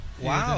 ¡Wow